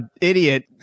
idiot